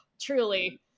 truly